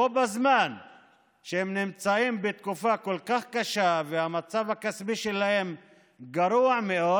בזמן שהם נמצאים בתקופה כל כך קשה והמצב הכספי שלהם גרוע מאוד,